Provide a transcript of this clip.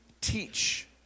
teach